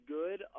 good